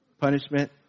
Punishment